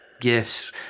gifts